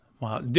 Wow